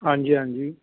ਹਾਂਜੀ ਹਾਂਜੀ